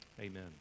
Amen